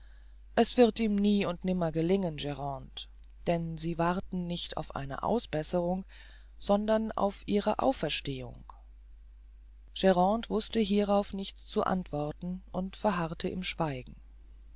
es wird ihm nie und nimmer gelingen grande denn sie warten nicht auf eine ausbesserung sondern auf ihre auferstehung grande wußte hierauf nichts zu antworten und verharrte im schweigen